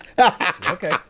Okay